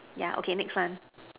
yeah okay next one